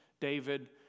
David